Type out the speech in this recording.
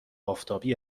آفتابی